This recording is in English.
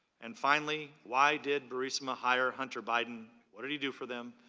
and finally why did burisma higher hunter biden, what did he do for them,